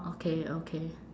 okay okay